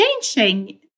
changing